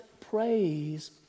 praise